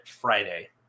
Friday